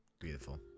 Beautiful